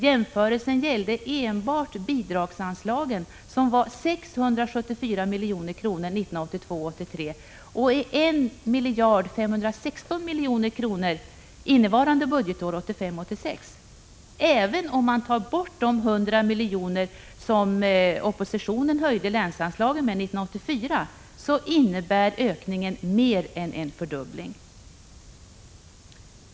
Jämförelsen gällde enbart bidragsanslagen som var 674 milj.kr. 1982 86. Även om man Prot. 1985/86:149 tar bort de 100 milj.kr. som var oppositionens höjning av länsanslagen 1984 22 maj 1986 innebär ökningen mer än en fördubbling.